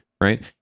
right